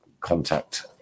contact